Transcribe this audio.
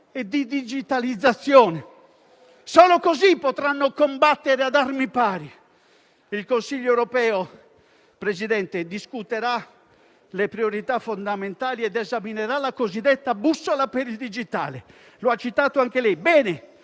e digitalizzazione. Solo così potranno combattere ad armi pari. Il Consiglio europeo, signor Presidente, discuterà le priorità fondamentali ed esaminerà la cosiddetta bussola per il digitale, come ha detto anche lei. Bene: